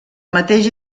mateix